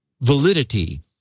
Validity